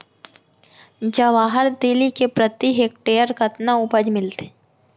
जवाहर तिलि के प्रति हेक्टेयर कतना उपज मिलथे?